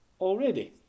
already